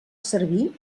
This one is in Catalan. servir